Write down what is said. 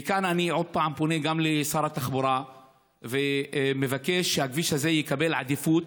מכאן אני עוד פעם פונה גם לשר התחבורה ומבקש שהכביש הזה יקבל עדיפות,